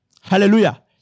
Hallelujah